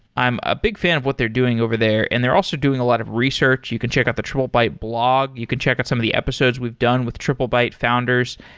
i'm a big fan of what they're doing over there and they're also doing a lot of research. you can check out the triplebyte blog. you can check out some of the episodes we've done with triplebyte founders.